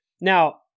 Now